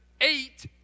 eight